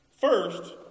First